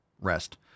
rest